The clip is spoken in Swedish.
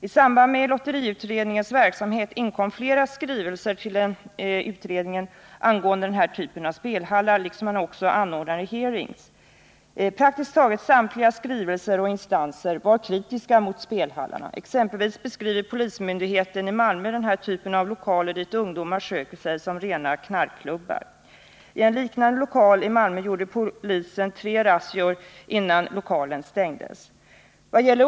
I samband med lotteriutredningens verksamhet inkom flera skrivelser till polisföreningar att vara delägare i spellokaler utredningen angående denna typ av spelhallar. Utredningen anordnade också hearings. Praktiskt taget samtliga skrivelser och instanser som var representerade i den anordnade hearingen var kritiska mot spelhallarna. Exempelvis beskriver polismyndigheten i Malmö den här typen av lokaler, dit ungdomar söker sig, som rena knarkklubbar. I en liknande lokal i Malmö gjorde polisen tre razzior innan lokalen stängdes.